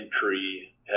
entry